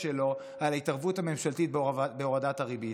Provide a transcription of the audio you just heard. שלו על ההתערבות הממשלתית בהורדת הריבית.